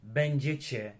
będziecie